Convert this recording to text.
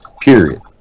period